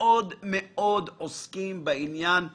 עוסקים בעניין הזה.